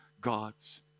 God's